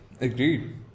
Agreed